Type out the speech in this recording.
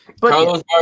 Carlos